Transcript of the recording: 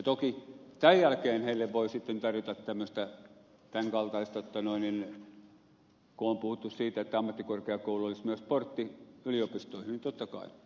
toki tämän jälkeen heille voi sitten tarjota tämän kaltaista kun on puhuttu siitä että ammattikorkeakoulu olisi myös portti yliopistoihin niin totta kai